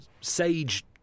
sage